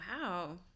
Wow